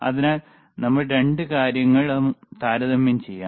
അതിനാൽ നമ്മൾ രണ്ട് കാര്യങ്ങളും താരതമ്യം ചെയ്യാം